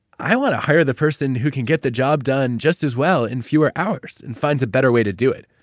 i want to hire the person who can get the job done just as well in fewer hours and finds a better way to do it.